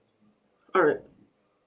alright